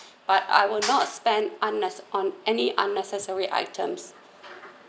but I will not spend unnes~ on any unnecessary items